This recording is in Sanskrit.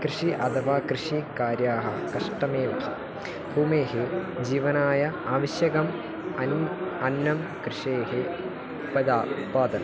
कृषिः अथवा कृषिकार्याणि कष्टमेव भूमेः जीवनाय आवश्यकम् अन्नम् अन्नं कृषेः पदा उत्पादयत्